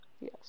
Yes